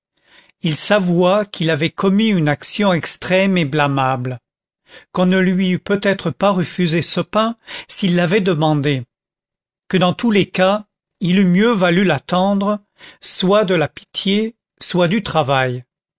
il s'avoua qu'il avait commis une action extrême et blâmable qu'on ne lui eût peut-être pas refusé ce pain s'il l'avait demandé que dans tous les cas il eût mieux valu l'attendre soit de la pitié soit du travail